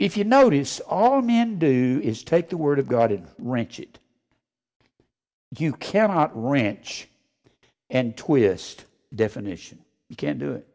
if you notice all men do is take the word of god in ranch it you cannot ranch and twist definition you can do it